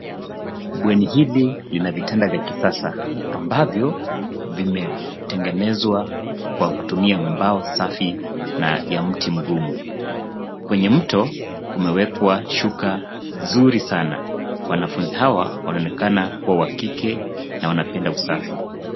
Bweni hili lina vitanda vya kisasa ambavyo vimetengenezwa kwa kutumia mbao safi na ya mti magumu. Kwenye mto kumewekwa shuka zuri sana. Wanafunzi hawa wanaonekana kuwa wa kike na wanapenda usafi.